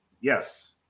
yes